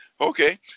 Okay